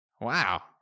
Wow